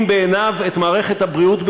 בעיניו את מערכת הבריאות בתפארתה,